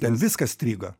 ten viskas strigo